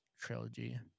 trilogy